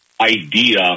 idea